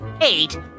eight